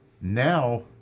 Now